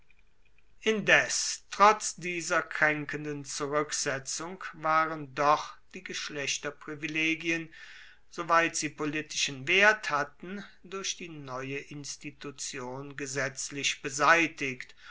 indes trotz dieser kraenkenden zuruecksetzung waren doch die geschlechterprivilegien soweit sie politischen wert hatten durch die neue institution gesetzlich beseitigt